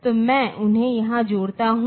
तो मैं उन्हें यहां जोड़ता हूं